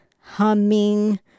humming